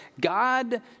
God